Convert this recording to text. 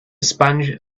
sponge